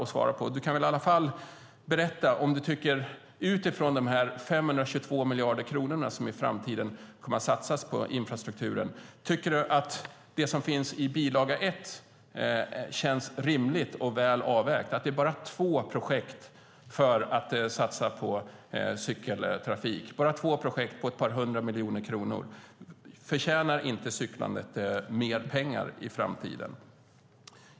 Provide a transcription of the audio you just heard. Du kan väl i alla fall berätta om du, utifrån dessa 522 miljarder kronor som i framtiden kommer att satsas på infrastrukturen, tycker att det som finns i bilaga 1 känns rimligt och väl avvägt, det vill säga att det är bara två projekt på ett par hundra miljoner kronor som handlar om att satsa på cykeltrafik. Förtjänar inte cyklandet mer pengar i framtiden?